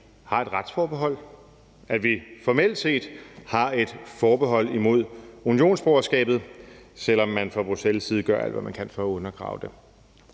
har et retsforbehold, og at vi formelt set har et forbehold imod unionsborgerskabet, selv om man fra Bruxelles' side gør alt, hvad man kan, for at undergrave det.